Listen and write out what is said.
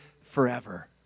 forever